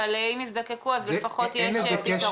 אבל אם יזדקקו אז לפחות יש פתרון.